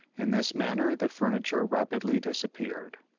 in this manner the furniture rapidly disappeared.